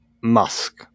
Musk